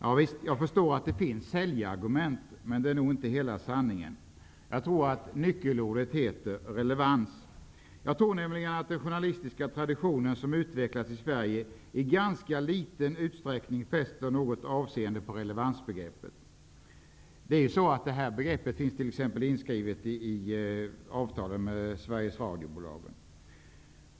Javisst, jag förstår att det finns säljargument, men det är nog inte hela sanningen. Jag tror att nyckelordet är relevans. Jag tror nämligen att den journalistiska tradition som utvecklats i Sverige innebär att man i ganska liten utsträckning fäster något avseende vid relevansbegreppet. Det finns t.ex. inskrivet i avtalen med Sveriges Radio-bolagen.